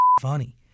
funny